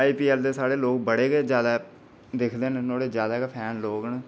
IPL दे साढ़े लोग बड़े गै जादै दिखदे न नुहाड़े बड़े गै फैन लोग न